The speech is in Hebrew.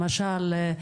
למשל,